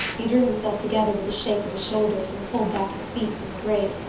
he drew himself together with a shake of his shoulders and pulled back his feet from the grate.